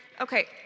Okay